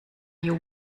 you